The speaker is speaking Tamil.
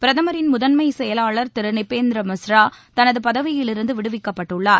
பிரதமின் முதன்மைச் செயலாளர் திரு நிபேந்திர மிஸ்ரா தனது பதவியிலிருந்து விடுவிக்கப்படவுள்ளார்